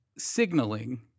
signaling